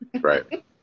Right